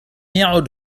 يعد